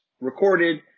recorded